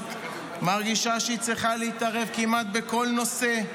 האחרונות מרגישה שהיא צריכה להתערב כמעט בכל נושא.